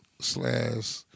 slash